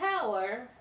power